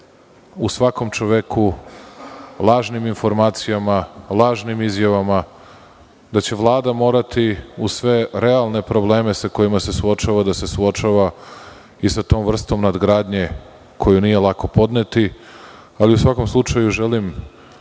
u svakom čoveku lažnim informacijama, lažnim izjavama, da će Vlada morati, uz sve realne probleme sa kojima se suočava, da se suočava i sa tom vrstom nadgradnje koju nije lako podneti.U svakom slučaju, želim